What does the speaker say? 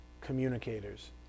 communicators